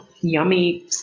yummy